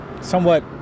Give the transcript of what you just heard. somewhat